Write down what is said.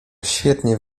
świetnie